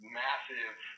massive